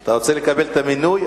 אתה רוצה לקבל את המינוי?